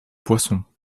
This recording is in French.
poissons